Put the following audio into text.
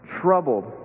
troubled